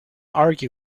argue